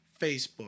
Facebook